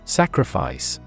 sacrifice